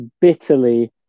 bitterly